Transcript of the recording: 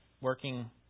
working